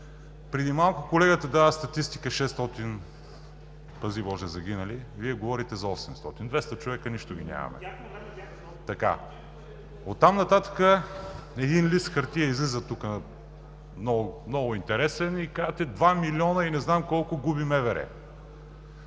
Преди малко колегата даде статистика: 600, пази Боже, загинали. Вие говорите за 800. Двеста човека за нищо ги нямаме. Оттам нататък един лист хартия излиза тук, много интересен, и казвате 2 милиона и не знам колко губи МВР.